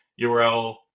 URL